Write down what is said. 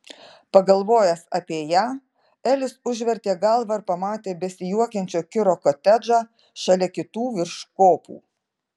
pagalvojęs apie ją elis užvertė galvą ir pamatė besijuokiančio kiro kotedžą šalia kitų virš kopų